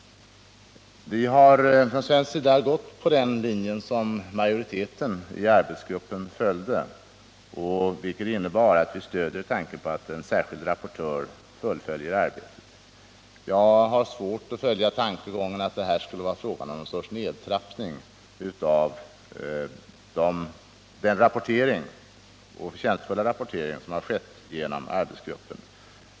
Vi har från svensk sida gått på den linje som majoriteten i arbetsgruppen följde, vilket innebär att vi stöder tanken på att en särskild rapportör fullföljer arbetet. Jag har svårt att följa tankegången att detta skulle innebära någon sorts nedtrappning av den förtjänstfulla rapportering som har skett genom arbetsgruppen.